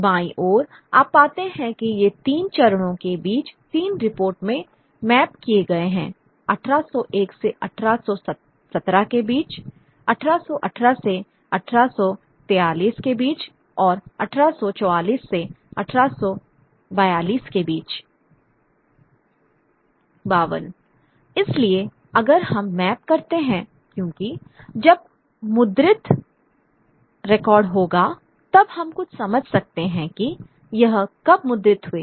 बाईं ओर आप पाते हैं कि ये तीन चरणों के बीच तीन रिपोर्ट में मैप किए गए हैं 1801 से 1817 के बीच 1818 से 1843 के बीच और 1844 से 1842 के बीच 52 इसलिए अगर हम मैप करते हैं क्योंकि जब मुद्रित रिकॉर्ड होगा तब हम कुछ समझ सकते हैं कि यह कब मुद्रित हुए